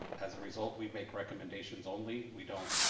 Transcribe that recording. as a result we make recommendations only. we don't.